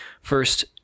First